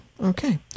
okay